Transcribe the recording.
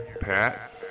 Pat